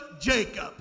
Jacob